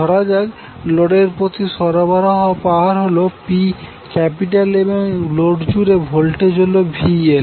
ধরাযাক লোডের প্রতি সরবরাহ পাওয়ার হল PLএবং লোড জুড়ে ভোল্টেজ হল VL